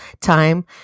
time